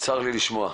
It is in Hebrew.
צר לי לשמוע.